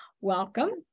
welcome